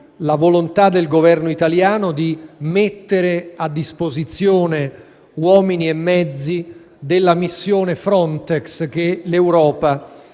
la volontà del Governo italiano di mettere a disposizione uomini e mezzi della missione Frontex, che l'Europa